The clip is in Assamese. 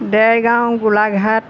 দেৰগাঁও গোলাঘাট